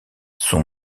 son